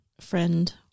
friend